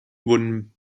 wurden